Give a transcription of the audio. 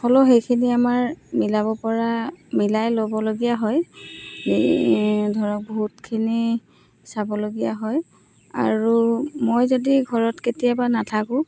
হ'লেও সেইখিনি আমাৰ মিলাব পৰা মিলাই ল'বলগীয়া হয় ধৰক বহুতখিনি চাবলগীয়া হয় আৰু মই যদি ঘৰত কেতিয়াবা নাথাকোঁ